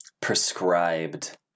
prescribed